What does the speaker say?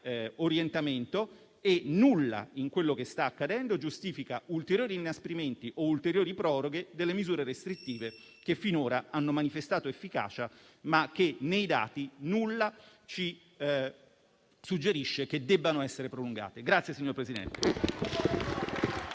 orientamento e nulla, in quello che sta accadendo, giustifica ulteriori inasprimenti o ulteriori proroghe delle misure restrittive che finora hanno manifestato efficacia, ma che nei dati nulla ci suggerisce che debbano essere prolungate. PRESIDENTE.